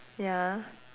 ya